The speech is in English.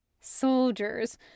Soldiers